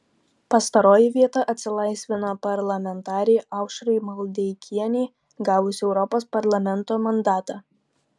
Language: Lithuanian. pastaroji vieta atsilaisvino parlamentarei aušrai maldeikienei gavus europos parlamento mandatą